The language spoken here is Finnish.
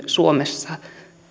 suomessa